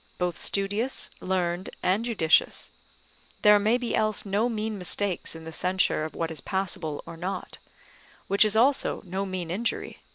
both studious, learned, and judicious there may be else no mean mistakes in the censure of what is passable or not which is also no mean injury.